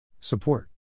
Support